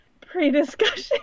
pre-discussion